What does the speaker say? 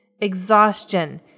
exhaustion